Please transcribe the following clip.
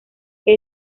que